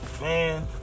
man